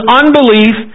unbelief